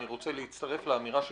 אני רוצה להצטרף לאמירה שלך,